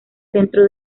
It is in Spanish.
centro